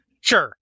Sure